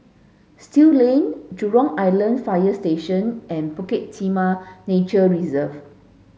Still Lane Jurong Island Fire Station and Bukit Timah Nature Reserve